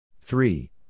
Three